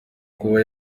kuba